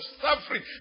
suffering